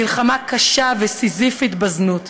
מלחמה קשה וסיזיפית בזנות.